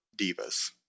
divas